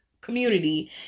community